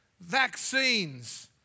vaccines